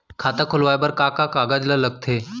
खाता खोलवाये बर का का कागज ल लगथे?